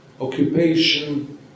occupation